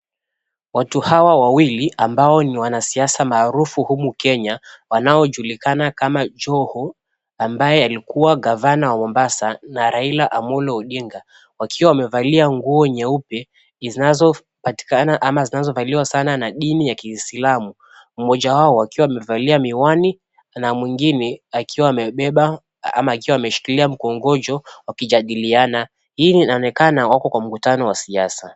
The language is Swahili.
Watu hawa wawili ambao ni wanasiasa maarufu humu Kenya , wanaojulikana kama Joho ambaye alikua Gavana wa Mombasa na Raila Amolo Odinga wakiwa wamevalia nguo nyeupe zinazopatikana ama zinazovaliwa sana na dini ya Kiislamu. Mmoja wao akiwa amevalia miwani na mwingine akiwa amebeba ama akiwa ameshikilia mkongojo wakijadiliana. Hii inaonekana wako kwenye mkutano wa kisiasa.